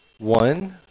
One